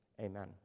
amen